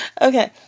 Okay